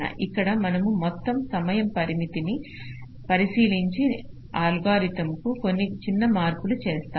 ఇక్కడ మనము మొత్తం సమయ పరిమితిని పరిశీలించి అల్గోరిథంకు కొన్ని చిన్న మార్పులు చేస్తాము